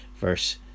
verse